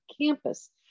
campus